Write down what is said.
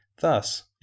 Thus